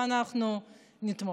ואנחנו נתמוך,